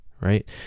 Right